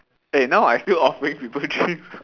eh now I still offering people drink